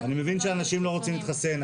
אני מבין שאנשים לא רוצים להתחסן,